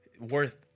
worth